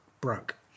broke